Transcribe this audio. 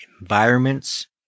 environments